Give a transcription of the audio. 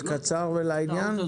ולעניין.